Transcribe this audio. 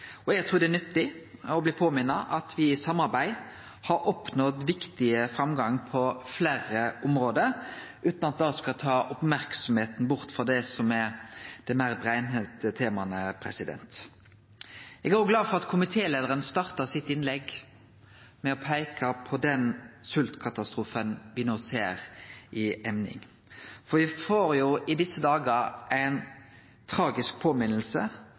Eg trur det er nyttig å bli minna om at me i samarbeid har oppnådd viktig framgang på fleire område, utan at det skal ta merksemda bort frå det som er dei meir brennheite temaa. Eg er òg glad for at komitéleiaren starta innlegget sitt med å peike på den sveltkatastrofen me no ser i emning, for me får jo i desse dagar ei tragisk